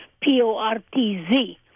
P-O-R-T-Z